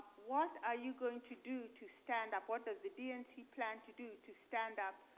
what are you going to do to stand up? what does the dnc plan to do to stand up,